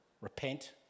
Repent